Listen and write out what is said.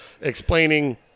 explaining